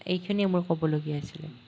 এইখিনিয়েই মোৰ ক'বলগীয়া আছিলে